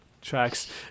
tracks